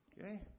okay